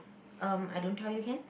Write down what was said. um I don't tell you can